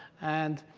and